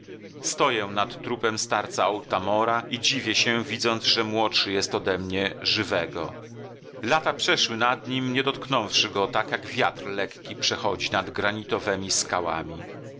stoję nad trupem starca otamora i dziwię się widząc że młodszy jest odemnie żywego lata przeszły nad nim nie dotknąwszy go tak jak wiatr lekki przechodzi nad granitowemi skałami tu